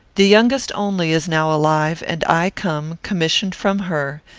the youngest only is now alive, and i come, commissioned from her,